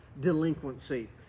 delinquency